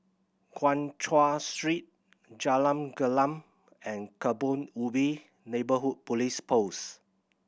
Guan Chuan Street Jalan Gelam and Kebun Ubi Neighbourhood Police Post